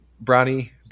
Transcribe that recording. Brownie